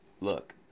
Look